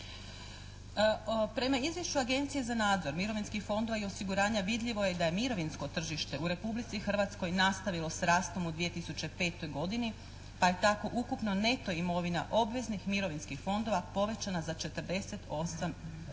Prema izvješću Agencije za nadzor mirovinskih fondova i osiguranja vidljivo je da je mirovinsko tržište u Republici Hrvatskoj nastavilo s rastom u 2005. godini pa je tako ukupna neto imovina obveznih mirovinskih fondova povećana za 48,03%